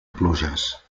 pluges